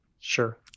Sure